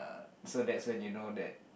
so that's when you know that